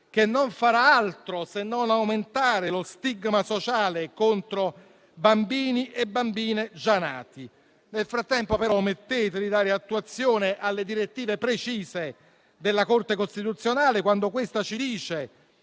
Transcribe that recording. che non farà altro se non aumentare lo stigma sociale contro bambini e bambine già nati. Nel frattempo, però, omettete di dare attuazione alle direttive precise della Corte costituzionale, quando questa ci dice